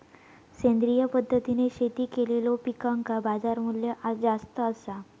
सेंद्रिय पद्धतीने शेती केलेलो पिकांका बाजारमूल्य जास्त आसा